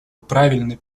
правильный